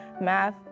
math